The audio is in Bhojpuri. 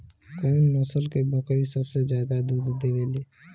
कउन नस्ल के बकरी सबसे ज्यादा दूध देवे लें?